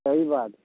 सही बात है